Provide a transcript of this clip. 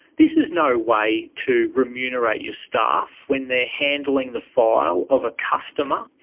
this is no way to remunerate your staff when they're handling the file of a customer.